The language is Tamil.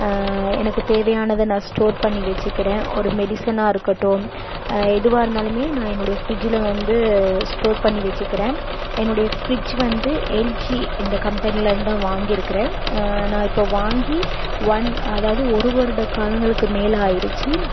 எனக்கு தேவையானதை நான் ஸ்டோர் பண்ணி வைச்சுக்கிறேன் ஒரு மெடிசனாக இருக்கட்டும் எதுவாக இருந்தாலுமே நான் என்னுடைய ஃப்ரிட்ஜ்ஜில் வந்து ஸ்டோர் பண்ணி வைச்சுக்கிறேன் என்னுடைய ஃப்ரிட்ஜ் வந்து எல்ஜி இந்த கம்பனியில் இருந்து தான் வாங்கிருக்கிறேன் நான் இப்போ வாங்கி ஒன் அதாவது ஒரு வருட காலங்களுக்கு மேல் ஆகிருச்சி